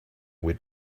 with